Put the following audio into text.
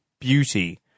beauty